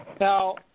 Now